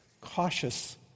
cautious